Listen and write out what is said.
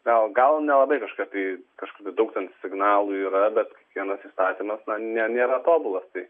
gal gal nelabai kažkokia tai kažkokių daug ten signalų yra bet kiekvienas įstatymas ne nėra tobulas tai